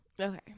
Okay